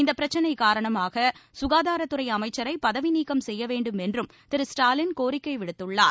இந்தப்பிரச்சினை காரணமாக சுகாதாரத் துறை அமைச்சரை பதவிநீக்கம் செய்ய வேண்டும் என்றும் திரு ஸ்டாலின் கோரிக்கை விடுத்துள்ளார்